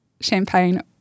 champagne